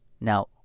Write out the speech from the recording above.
Now